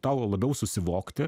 tau labiau susivokti